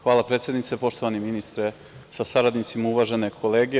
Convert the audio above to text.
Hvala predsednice, poštovani ministre sa saradnicima, uvažene kolege.